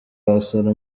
wasura